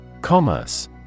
commerce